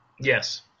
Yes